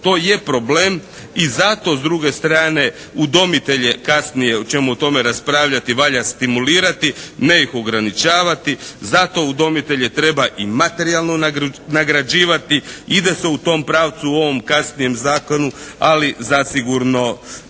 To je problem i zato s druge strane udomitelje, kasnije ćemo o tome raspravljati, valja stimulirati, ne ih ograničavati. Zato udomitelje treba i materijalno nagrađivati. Ide se u tom pravcu u ovom kasnijem zakonu, ali zasigurno još